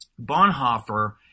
Bonhoeffer